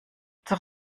zur